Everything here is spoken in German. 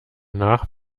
nach